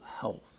health